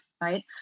right